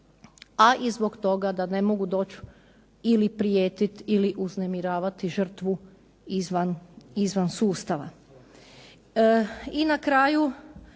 a i zbog toga da ne mogu doći ili prijetiti ili uznemiravati žrtvu izvan sustava. I na kraju,